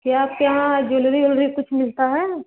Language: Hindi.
क्या क्या जूविलरी वुअलरी कुछ मिलता है